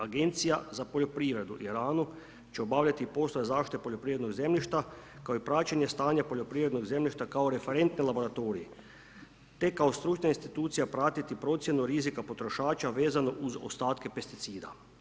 Agencija za poljoprivredu i hranu, će obavljati poslove zaštite poljoprivrednog zemljišta, kao i praćenje stanja poljoprivrednog zemljišta, kao referentni laboratorij, te kao stručne institucija pratiti procjenu rizika potrošača vezano uz ostatke pesticida.